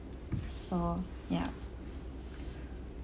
so ya